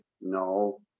no